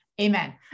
Amen